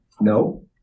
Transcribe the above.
No